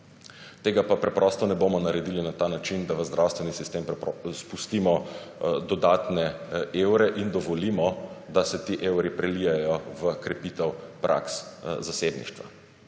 Tega pa preprosto ne bomo naredili na ta način, da v zdravstveni sistem spustimo dodatne evre in dovolimo, da se ti evri prelijejo v krepitev praks zasebništva.